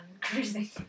cruising